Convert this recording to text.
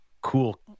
cool